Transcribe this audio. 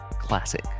Classic